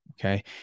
Okay